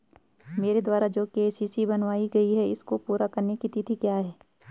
मेरे द्वारा जो के.सी.सी बनवायी गयी है इसको पूरी करने की तिथि क्या है?